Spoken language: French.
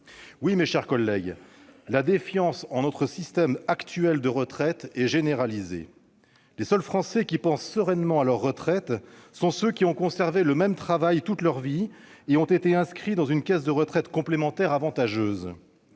Oui, mes chers collègues, la défiance en notre système actuel de retraite est généralisée. Les seuls Français qui pensent sereinement à leur retraite sont ceux qui ont conservé le même travail toute leur vie et qui ont été inscrits à une caisse de retraite complémentaire avantageuse.